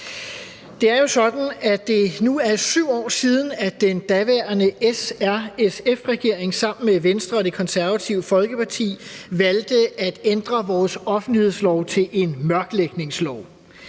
Det er jo sådan, at det nu er 7 år siden, at den daværende SRSF-regering sammen med Venstre og Det Konservative Folkeparti valgte at ændre vores offentlighedslov til en mørklægningslov,